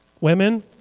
women